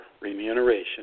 remuneration